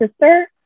sister